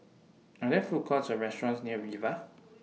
Are There Food Courts Or restaurants near Viva